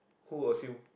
who assume